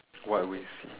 what we see